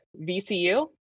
VCU